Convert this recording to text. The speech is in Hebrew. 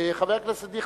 חבר הכנסת דיכטר,